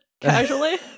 casually